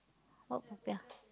what popiah